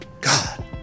God